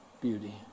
beauty